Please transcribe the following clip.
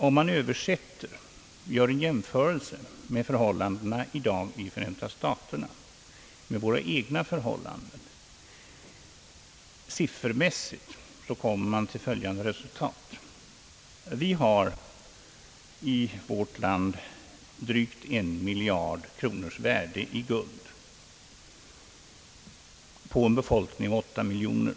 Om man siffermässigt jämför förhållandena i Förenta staterna i dag med våra egna förhållanden, kommer man till följande resultat. Vi har i vårt land drygt en miljard kronors värde i guld på en befolkning av 8 miljoner.